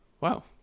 Wow